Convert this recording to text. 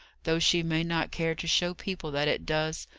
though she may not care to show people that it does.